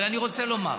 אבל אני רוצה לומר,